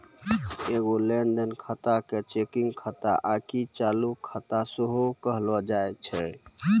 एगो लेन देन खाता के चेकिंग खाता आकि चालू खाता सेहो कहलो जाय छै